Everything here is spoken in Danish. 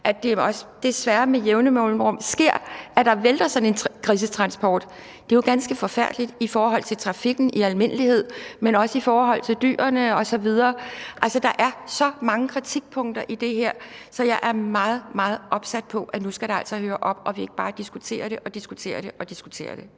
at det desværre også med jævne mellemrum sker, at der vælter sådan en grisetransport. Det er jo ganske forfærdeligt i forhold til trafikken i almindelighed, men også i forhold til dyrene osv. Altså, der er så mange kritikpunkter i det her. Så jeg er meget, meget opsat på, at det altså nu skal høre op, og at vi ikke bare diskuterer det og diskuterer det. Kl.